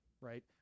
right